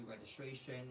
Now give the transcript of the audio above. registration